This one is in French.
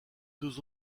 deux